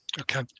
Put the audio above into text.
Okay